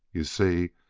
you see,